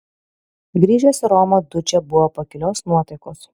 grįžęs į romą dučė buvo pakilios nuotaikos